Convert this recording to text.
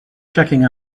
checking